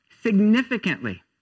significantly